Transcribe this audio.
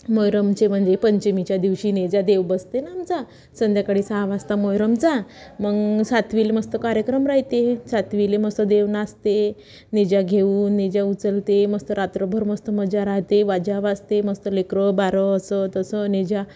मोहोरमचे म्हणजे पंचमीच्या दिवशी नेजा देव बसते ना आमचा संध्याकाळी सहा वाजता मोहोरमचा मग सातवीले मस्त कार्यक्रम राहते सातवीले मस्त देव नाचते निजा घेऊन निेज्या उचलते मस्त रात्रभर मस्त मजा राहते बाजा वाजते मस्त लेकरं बाळ असं तसं नेज्या